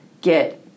get